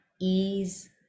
ease